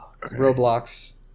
Roblox